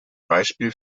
beispiel